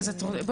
הכשרה.